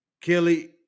kelly